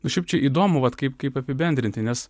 nu šiaip čia įdomu vat kaip kaip apibendrinti nes